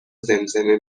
زمزمه